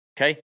Okay